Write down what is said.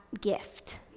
gift